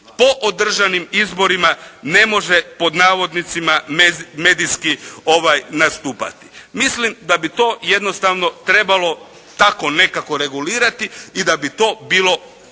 po održanim izborima ne može pod navodnicima medijski nastupati. Mislim da bi to jednostavno trebalo tako nekako regulirati i da bi to bilo